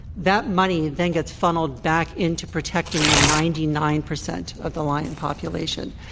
that money then gets funneled back into protecting the ninety nine percent of the lion population.